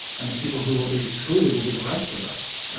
and the people who will be excluded will be the rest of us.